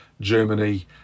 Germany